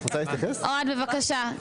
אוהד, בבקשה.